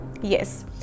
yes